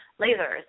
lasers